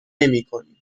نمیکنیم